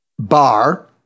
bar